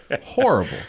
horrible